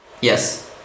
Yes